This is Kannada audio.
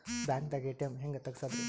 ಬ್ಯಾಂಕ್ದಾಗ ಎ.ಟಿ.ಎಂ ಹೆಂಗ್ ತಗಸದ್ರಿ?